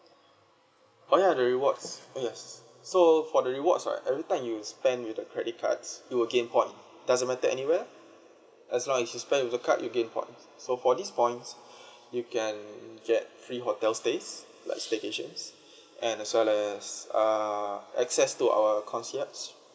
oh ya the rewards yes so for the rewards right every time you spend with the credit cards you will gain point doesn't matter anywhere as long as you spend with the card you gain points so for these points you can get free hotel stays like staycations and as well as uh access to our concierge